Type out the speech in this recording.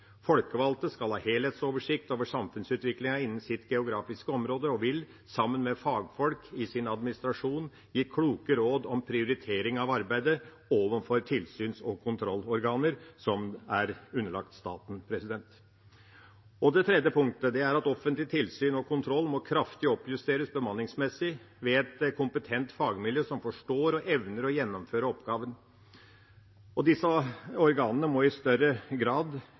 Folkevalgte skal ha helhetsoversikt over samfunnsutviklingen innen sitt geografiske område og vil, sammen med fagfolk i sin administrasjon, gi kloke råd om prioritering av arbeidet» – overfor tilsyns- og kontrollorganer som er underlagt staten. I punkt nr. 3 står det: «Offentlig tilsyn og kontroll må kraftig oppjusteres bemanningsmessig med et kompetent fagmiljø som forstår og evner å gjennomføre oppgaven. Disse organene må i langt større grad